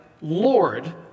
Lord